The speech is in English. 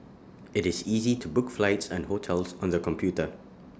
IT is easy to book flights and hotels on the computer